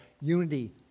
unity